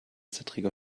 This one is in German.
zittriger